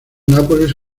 nápoles